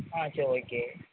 ஆ சரி ஓகே